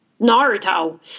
Naruto